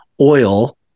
oil